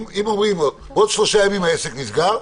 אם אומרים "עוד שלושה ימים העסק נסגר",